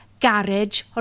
Garage